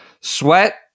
sweat